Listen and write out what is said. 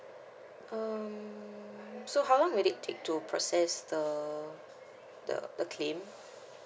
um so how long will it take to process the the the claim